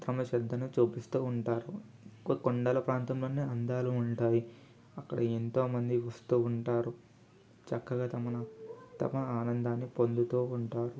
త తమ శ్రద్ధను చూపిస్తూ ఉంటారు కొ కొండల ప్రాంతంలోనే అందాలు ఉంటాయి అక్కడ ఎంతోమంది వస్తూ ఉంటారు చక్కగా తమనా తమ ఆనందాన్ని పొందుతూ ఉంటారు